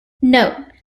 note